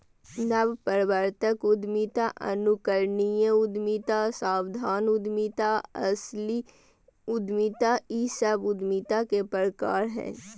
नवप्रवर्तक उद्यमी, अनुकरणीय उद्यमी, सावधान उद्यमी, आलसी उद्यमी इ सब उद्यमिता के प्रकार हइ